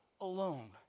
alone